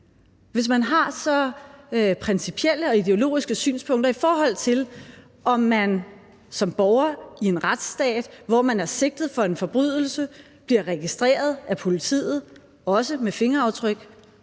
Hvis man har så principielle og ideologiske synspunkter, i forhold til om man som borger i en retsstat, hvor man er sigtet for en forbrydelse, bliver registreret af politiet, også med fingeraftryk,